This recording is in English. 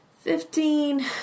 Fifteen